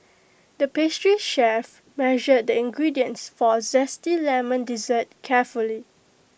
the pastry chef measured the ingredients for A Zesty Lemon Dessert carefully